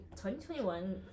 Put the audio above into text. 2021